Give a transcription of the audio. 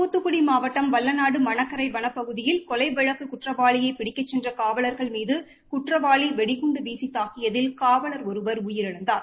துத்துக்குடி மாவட்டம் வல்லநாடு மணக்கரை வனப்பகுதியில் கொலை வழக்கு குற்றவாளியை பிடிக்கச் சென்ற காவலர்கள் மீது குற்றவாளி வெடிகுண்டு வீசி தாக்கியதில் காவலர் ஒருவர் உயிரிழந்தார்